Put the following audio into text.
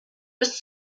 bis